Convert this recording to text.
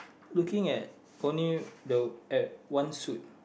looking at corner the at one suit